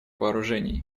вооружений